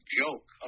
joke